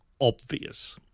obvious